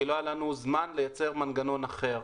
כי לא היה לנו זמן לייצר מנגנון אחר.